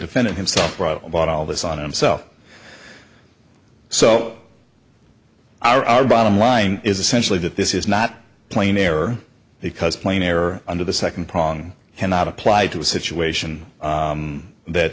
defendant himself bought all this on himself so our bottom line is essentially that this is not playing error because plain error under the second prong cannot apply to a situation that